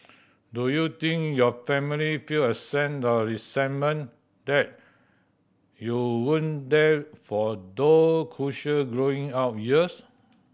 do you think your family feel a sense of resentment that you weren't there for those crucial growing up years